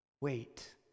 Wait